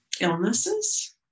illnesses